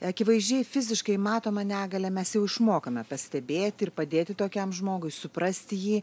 akivaizdžiai fiziškai matomą negalią mes jau išmokome pastebėti ir padėti tokiam žmogui suprasti jį